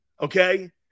Okay